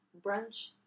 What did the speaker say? Brunch